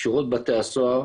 שירות בתי הסוהר